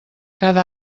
cada